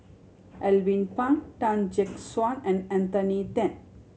Alvin Pang Tan Gek Suan and Anthony Then